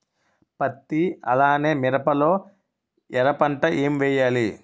పత్తి అలానే మిరప లో ఎర పంట ఏం వేయాలి?